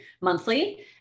monthly